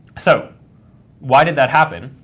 so why did that happen?